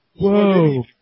Whoa